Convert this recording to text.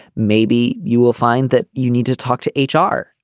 maybe you will find that you need to talk to h r.